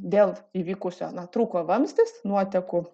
dėl įvykusio na trūko vamzdis nuotekų